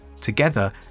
Together